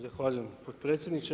Zahvaljujem potpredsjedniče.